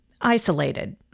isolated